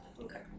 okay